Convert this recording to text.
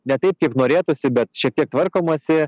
ne taip kaip norėtųsi bet šiek tiek tvarkomasi